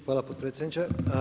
Hvala potpredsjedniče.